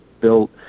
built